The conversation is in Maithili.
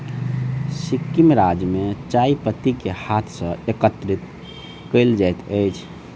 सिक्किम राज्य में चाय पत्ती के हाथ सॅ एकत्रित कयल जाइत अछि